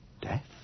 Death